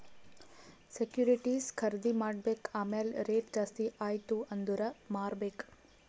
securities ಖರ್ದಿ ಮಾಡ್ಬೇಕ್ ಆಮ್ಯಾಲ್ ರೇಟ್ ಜಾಸ್ತಿ ಆಯ್ತ ಅಂದುರ್ ಮಾರ್ಬೆಕ್